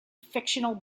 fictional